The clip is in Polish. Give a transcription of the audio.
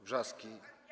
Wrzaski.